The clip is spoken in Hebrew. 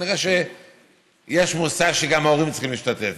כנראה שיש מושג שגם ההורים צריכים להשתתף.